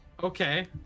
Okay